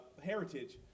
heritage